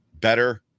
better